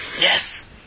Yes